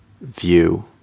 view